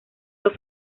los